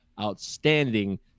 outstanding